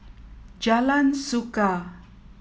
Jalan Suka